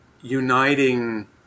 uniting